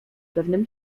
pewnym